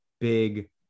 big